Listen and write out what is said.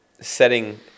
setting